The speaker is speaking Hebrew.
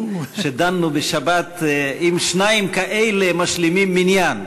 שדנו בשבת אם שניים כאלה משלימים מניין.